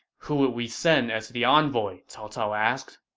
who should we send as the envoy? cao cao asked